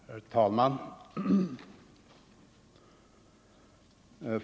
Herr talman!